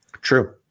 True